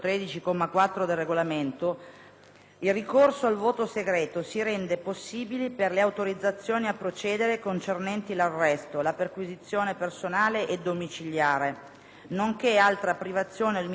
il ricorso al voto segreto si rende possibile per le autorizzazioni a procedere concernenti l'arresto, la perquisizione personale e domiciliare, nonché altra privazione o limitazione della libertà personale,